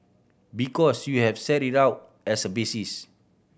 because you have set it out as a basis